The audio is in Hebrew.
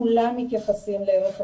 כולם מתייחסים לערך השוויון.